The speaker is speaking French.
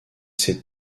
ses